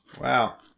Wow